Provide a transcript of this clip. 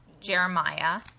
Jeremiah